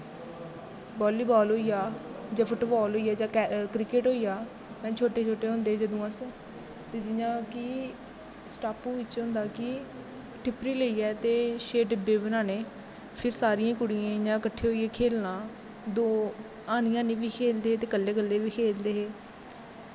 volley ball होईया football होईया जां क्रिकेट होईया छोटे छोटे होंदे हे जदूं अस ते जियां कि स्टापू च होंदा कि ठिप्पी लेईयै ते छे डिब्बे बनाने फिर सारियें कुड़ियें इयां कट्ठे होइयै खेलना दो हानी हानी बी खेलदे ते कल्ले कल्ले बी खेलदे हे